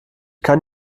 kann